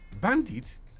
bandits